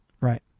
Right